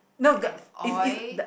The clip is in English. and oil